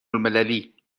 المللی